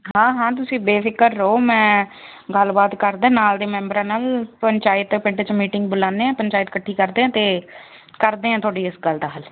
ਹਾਂ ਹਾਂ ਤੁਸੀਂ ਬੇਫ਼ਿਕਰ ਰਹੋ ਮੈਂ ਗੱਲ ਬਾਤ ਕਰਦਾ ਨਾਲ ਦੇ ਮੈਂਬਰਾਂ ਨਾਲ ਪੰਚਾਇਤ ਪਿੰਡ 'ਚ ਮੀਟਿੰਗ ਬੁਲਾਉਂਦੇ ਹਾਂ ਪੰਚਾਇਤ ਇਕੱਠੀ ਕਰਦੇ ਹਾਂ ਅਤੇ ਕਰਦੇ ਹਾਂ ਤੁਹਾਡੀ ਇਸ ਗੱਲ ਦਾ ਹੱਲ